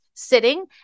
sitting